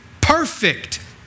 Perfect